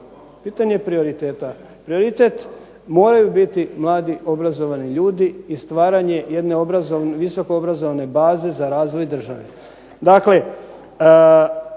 Pitanje prioriteta. Prioritet moraju biti mladi obrazovani ljudi i stvaranje jedne visoko obrazovne baze za razvoj države.